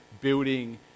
building